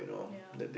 ya